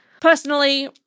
Personally